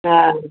हा